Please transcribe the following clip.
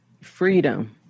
Freedom